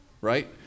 right